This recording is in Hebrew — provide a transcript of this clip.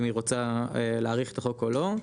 אם היא רוצה להאריך את החוק או לא,